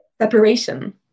Separation